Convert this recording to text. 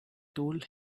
told